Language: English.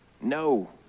No